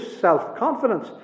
self-confidence